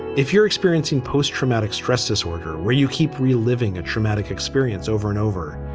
if you're experiencing post-traumatic stress disorder, where you keep reliving a traumatic experience over and over.